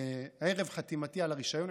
ערב חתימתי על הרישיון,